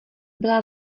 byla